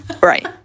Right